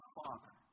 father